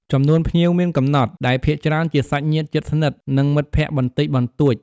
ចំនួនភ្ញៀវមានកំណត់ ដែលភាគច្រើនជាសាច់ញាតិជិតស្និទ្ធ និងមិត្តភក្តិបន្តិចបន្តួច។